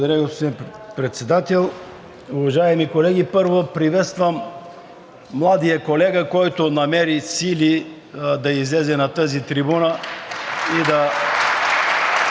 Благодаря, господин Председател. Уважаеми колеги! Първо, приветствам младия колега, който намери сили да излезе на тази трибуна и да